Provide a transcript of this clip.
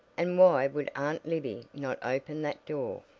and why would aunt libby not open that door?